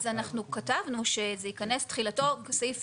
אז אנחנו כתבנו שזה ייכנס תחילתו כסעיף